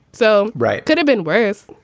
so right. could have been worse.